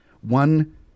one